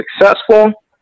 successful